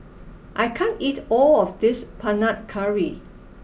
I can't eat all of this Panang Curry